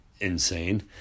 insane